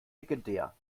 legendär